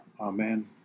Amen